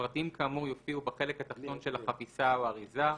פרטים כאמור יופיעו בחלק התחתון של החפיסה או האריזה,